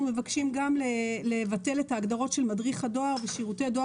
אנחנו מבקשים גם לבטל את ההגדרות "מדריך הדואר" ו"שירותי דואר